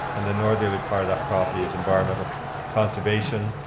and the northern part of that property is environmental conservation,